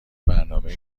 برنامه